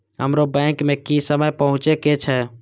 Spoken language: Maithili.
हमरो बैंक में की समय पहुँचे के छै?